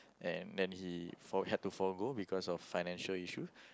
and then he for~ had to forgo because of financial issue